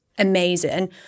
amazing